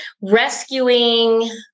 rescuing